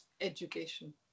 education